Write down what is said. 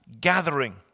gathering